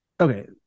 okay